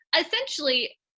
essentially